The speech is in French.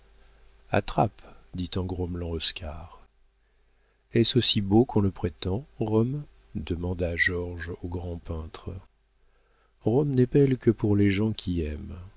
attrape dit en grommelant oscar est-ce aussi beau qu'on le prétend rome demanda georges au grand peintre rome n'est belle que pour les gens qui aiment